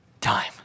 time